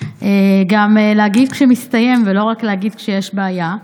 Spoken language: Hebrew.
גם להגיד כשמסתיים ולא להגיד רק כשיש בעיה.